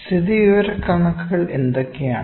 സ്ഥിതിവിവരക്കണക്കുകൾ എന്തൊക്കെയാണ്